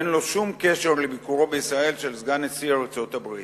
ואין לו שום קשר לביקורו בישראל של סגן נשיא ארצות-הברית.